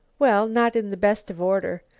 well, not in the best of order.